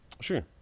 Sure